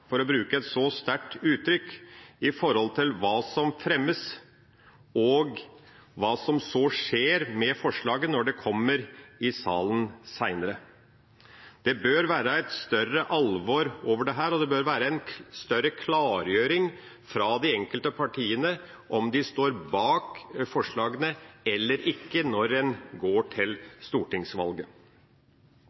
for å bruke et så sterkt uttrykk – med hensyn til hva som fremmes, og hva som så skjer med forslaget når det kommer i salen seinere. Det bør være et større alvor over dette, og det bør være en større klargjøring fra de enkelte partiene om de står bak forslagene eller ikke, når en går til stortingsvalget.